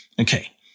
okay